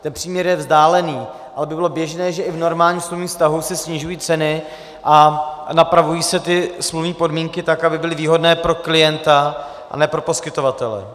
Ten příměr je vzdálený, ale aby bylo běžné, že i v normálním smluvním vztahu se snižují ceny a napravují se ty smluvní podmínky tak, aby byly výhodné pro klienta a ne pro poskytovatele.